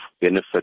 benefit